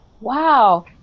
wow